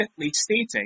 stating